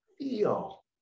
feel